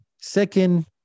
Second